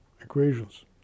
equations